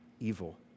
Evil